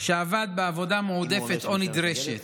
שעבד בעבודה מועדפת או נדרשת